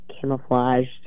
camouflaged